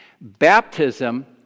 baptism